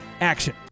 action